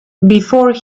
before